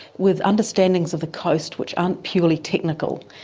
with understandings of the coast which aren't purely technical.